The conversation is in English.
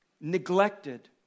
neglected